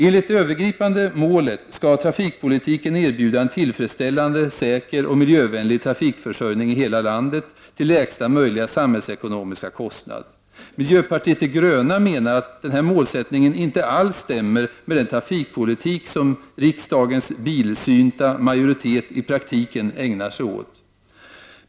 Enligt det övergripande målet skall trafikpolitiken till lägsta möjliga samhällsekonomiska kostnad erbjuda en tillfredsställande, säker och miljövänlig trafikförsörjning i hela landet. Miljöpartiet de gröna menar att denna målsättning inte alls stämmer med den trafikpolitik som riksdagens bilsynta majoritet i praktiken ägnar sig åt.